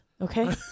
okay